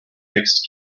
fixed